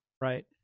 Right